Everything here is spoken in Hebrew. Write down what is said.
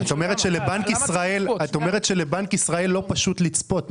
את אומרת שלבנק ישראל לא פשוט לצפות.